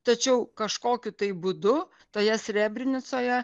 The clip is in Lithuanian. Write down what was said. tačiau kažkokiu tai būdu toje srebrenicoje